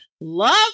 love